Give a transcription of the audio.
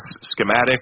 schematic